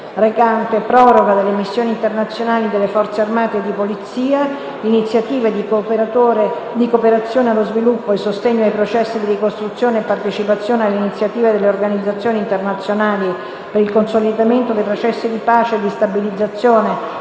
recante proroga delle missioni internazionali delle Forze armate e di polizia, iniziative di cooperazione allo sviluppo e sostegno ai processi di ricostruzione e partecipazione alle iniziative delle organizzazioni internazionali per il consolidamento dei processi di pace e di stabilizzazione,